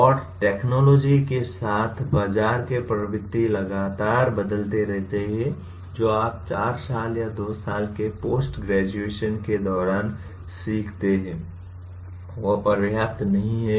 और टेक्नोलॉजी के साथ बाजार के प्रवृत्ति लगातार बदलते रहते हैं जो आप 4 साल या 2 साल के पोस्ट ग्रेजुएशन के दौरान सीखते हैं वह पर्याप्त नहीं है